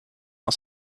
aus